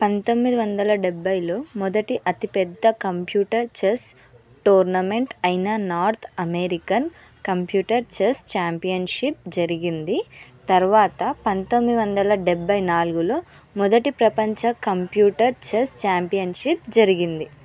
పంతొమ్మిది వందల డెబ్భైలో మొదటి అతిపెద్ద కంప్యూటర్ చెస్ టోర్నమెంట్ అయిన North American computer chess championship జరిగింది తర్వాత పంతొమ్మిది వందల డెబ్భై నాలుగులో మొదటి ప్రపంచ కంప్యూటర్ చెస్ ఛాంపియన్షిప్ జరిగింది